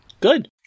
Good